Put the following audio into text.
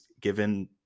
given